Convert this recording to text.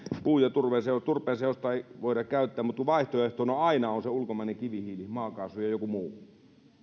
puun ja turpeen seosta ei voida käyttää mutta vaihtoehtona aina on se ulkomainen kivihiili maakaasu ja joku muu